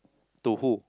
to who